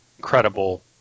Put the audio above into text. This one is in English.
credible